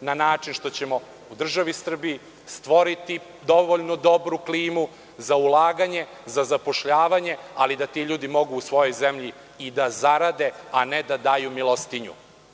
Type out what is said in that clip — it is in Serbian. na način što ćemo u državi Srbiji stvoriti dovoljno dobru klimu za ulaganje, za zapošljavanje, ali da ti ljudi mogu u svojoj zemlji i da zarade, a ne da daju milostinju. To